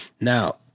Now